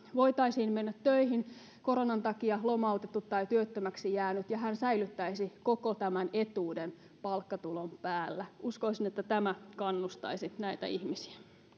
voisi mennä töihin koronan takia lomautettu tai työttömäksi jäänyt ja hän säilyttäisi koko tämän etuuden palkkatulon päällä uskoisin että tämä kannustaisi näitä ihmisiä